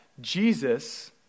Jesus